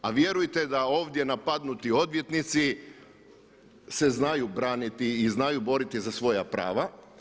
A vjerujte da ovdje napadnuti odvjetnici se znaju braniti i znaju boriti za svoja prava.